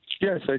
Yes